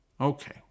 Okay